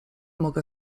mogę